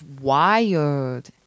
wired